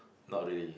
loudly